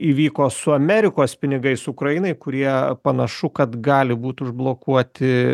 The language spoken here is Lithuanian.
įvyko su amerikos pinigais ukrainai kurie panašu kad gali būt užblokuoti